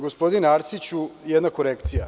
Gospodine Arsiću, jedna korekcija.